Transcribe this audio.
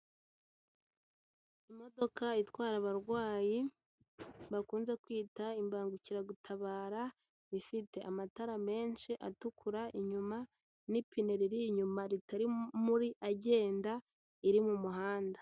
Imodoka itwara abarwayi, bakunze kwita imbangukiragutabara ifite amatara menshi atukura inyuma, n'ipine riri inyuma ritari muri agenda, iri mu muhanda.